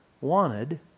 wanted